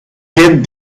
hid